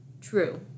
True